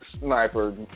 sniper